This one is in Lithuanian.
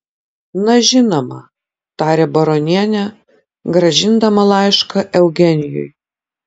na žinoma tarė baronienė grąžindama laišką eugenijui